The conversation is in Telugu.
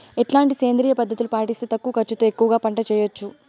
ఎట్లాంటి సేంద్రియ పద్ధతులు పాటిస్తే తక్కువ ఖర్చు తో ఎక్కువగా పంట చేయొచ్చు?